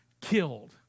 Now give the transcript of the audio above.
killed